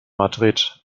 madrid